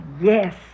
yes